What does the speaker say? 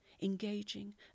engaging